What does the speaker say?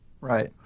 Right